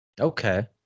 Okay